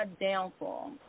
downfall